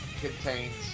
contains